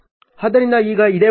ಆದ್ದರಿಂದ ಈಗ ಇದೇ ಉದಾಹರಣೆಯಾಗಿದೆ